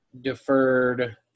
deferred